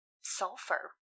sulfur